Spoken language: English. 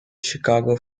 chicago